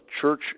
church